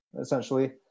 essentially